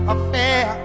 Affair